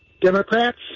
Democrats